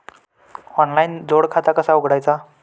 Online जोड खाता कसा उघडायचा?